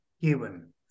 given